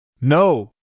No